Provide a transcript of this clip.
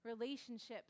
relationships